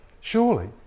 surely